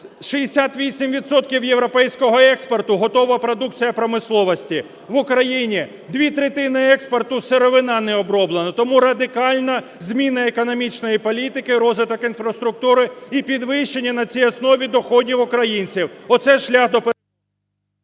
європейського експорту – готова продукція промисловості. В Україні дві третини експорту – сировина необроблена. Тому радикальна зміна економічної політики, розвиток інфраструктури і підвищення на цій основі доходів українців